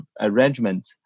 arrangement